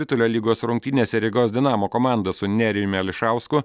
ritulio lygos rungtynėse rygos dinamo komanda su nerijumi ališausku